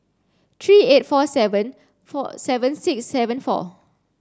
three eight four seven four seven six seven four